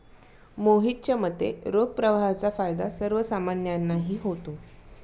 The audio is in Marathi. मोहितच्या मते, रोख प्रवाहाचा फायदा सर्वसामान्यांनाही होतो